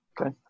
Okay